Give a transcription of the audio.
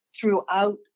throughout